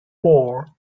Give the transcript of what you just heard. four